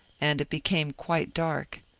and it became quite dark.